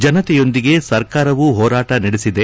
ಜನತೆಯೊಂದಿಗೆ ಸರ್ಕಾರವು ಹೋರಾಟ ನಡೆಸಿದೆ